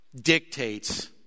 dictates